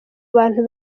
abantu